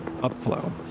upflow